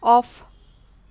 off